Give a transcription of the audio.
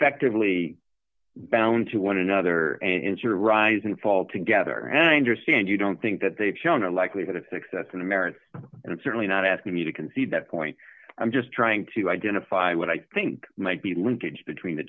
actively bound to one another and insure rise and fall together and i understand you don't think that they've shown a likelihood of success in america and i'm certainly not asking you to concede that point i'm just trying to identify what i think might be linkage between the